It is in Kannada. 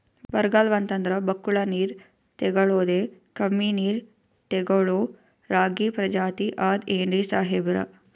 ಬರ್ಗಾಲ್ ಬಂತಂದ್ರ ಬಕ್ಕುಳ ನೀರ್ ತೆಗಳೋದೆ, ಕಮ್ಮಿ ನೀರ್ ತೆಗಳೋ ರಾಗಿ ಪ್ರಜಾತಿ ಆದ್ ಏನ್ರಿ ಸಾಹೇಬ್ರ?